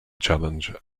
challenge